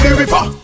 river